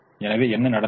எனவே என்ன நடந்தது